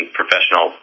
professional